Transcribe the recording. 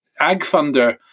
AgFunder